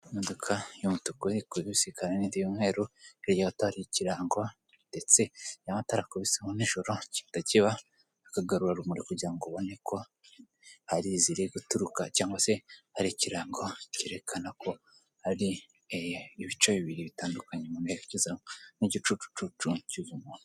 Imodoka y'umutuku iri kubisikana n'indi y'umweru, hirya gato hari ikirango, ndetse iyo amatara akubiseho nijoro, gihita kiba akagarurarumuri kugira ngo ubone ko hari iziri guturuka, cyangwa se ari ikirango cyerekana ko ari ibice bibiri bitandukanye, mu merekezo, n'igicucucucu cy'uwo muntu.